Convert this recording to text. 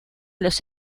los